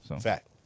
Fact